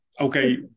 Okay